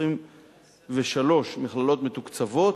23 מכללות מתוקצבות,